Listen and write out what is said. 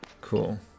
Cool